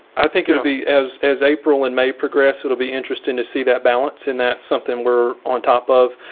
i think it would be as as april and may progress, it'll be interested to see that balance in that something we're on top of.